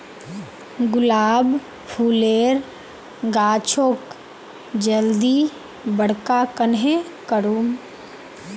गुलाब फूलेर गाछोक जल्दी बड़का कन्हे करूम?